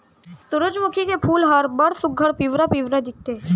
सुरूजमुखी के फूल ह बड़ सुग्घर पिंवरा पिंवरा दिखथे